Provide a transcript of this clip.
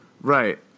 Right